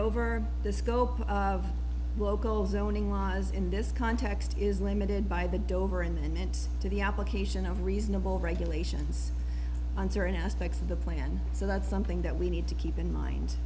moreover the scope of local zoning laws in this context is limited by the dover and to the application of reasonable regulations on certain aspects of the plan so that's something that we need to keep in mind